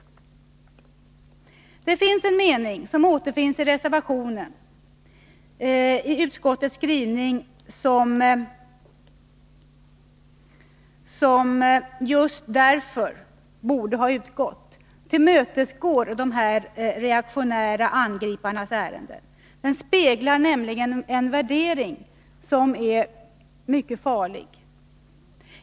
I utskottets skrivning finns en mening, som jag tycker borde ha utgått just därför att den går dessa reaktionära angripares ärenden och speglar en värdering som är mycket farlig. Det gäller den mening på s. 12 i betänkandet som börjar med ”Utskottet delar” och som slutar med ”veckan tillämpas”.